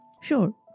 Sure